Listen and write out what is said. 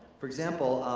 for example,